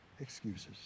excuses